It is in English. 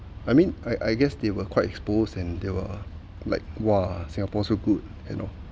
I mean I I guess they were quite exposed and they were like !wah! singapore so good you know